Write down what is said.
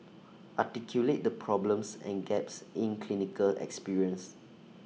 articulate the problems and gaps in clinical experience